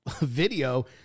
video